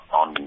on